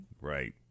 Right